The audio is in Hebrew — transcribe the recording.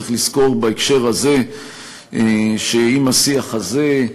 צריך לזכור בהקשר הזה שאם השיח הזה,